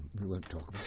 we won't talk about